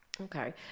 Okay